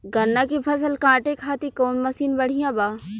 गन्ना के फसल कांटे खाती कवन मसीन बढ़ियां बा?